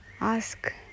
ask